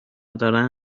داشته